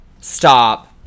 stop